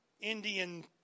Indian